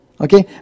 Okay